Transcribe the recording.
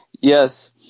yes